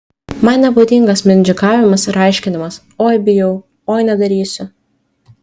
man nebūdingas mindžikavimas ir aiškinimas oi bijau oi nedarysiu